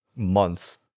months